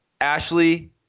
Ashley